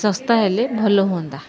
ଶସ୍ତା ହେଲେ ଭଲ ହୁଅନ୍ତା